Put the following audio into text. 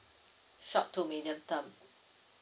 short to medium term